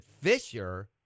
Fisher –